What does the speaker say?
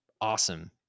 awesome